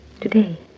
today